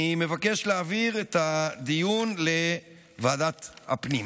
אני מבקש להעביר את הדיון לוועדת הפנים.